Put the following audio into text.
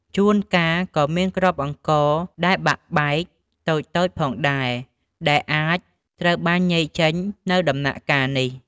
ជួនកាល ក៏មានគ្រាប់អង្ករដែលបាក់បែកតូចៗផងដែរ ដែលអាចត្រូវបានញែកចេញនៅដំណាក់កាលនេះ។